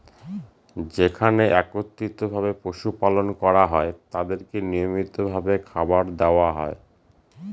যেখানে একত্রিত ভাবে পশু পালন করা হয় তাদেরকে নিয়মিত ভাবে খাবার দেওয়া হয়